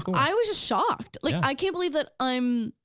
i was just shocked, like i can't believe that i'm,